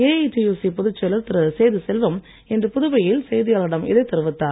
AITUC பொதுச் செயலர் திரு சேது செல்வம் இன்று புதுவையில் செய்தியாளர்களிடம் இதைத் தெரிவித்தார்